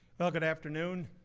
well, good afternoon.